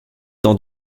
dans